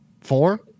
Four